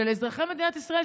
של אזרחי מדינת ישראל,